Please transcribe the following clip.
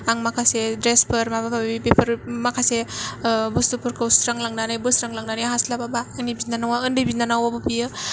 आं माखासे द्रेसफोर माबा माबि बेफोर माखासे बुस्तुफोरखौ सुस्रालांनानै बोस्रांलांनो हास्लाबाब्ला आंनि बिनानावा उन्दै बिनानावाबो बियो